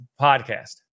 podcast